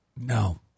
No